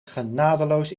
genadeloos